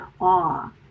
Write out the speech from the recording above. awe